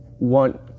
Want